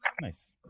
Nice